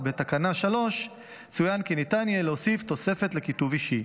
ובתקנה 3 צוין כי ניתן יהיה להוסיף תוספת לכיתוב אישי.